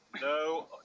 No